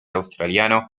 australiano